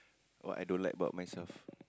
what I don't like about myself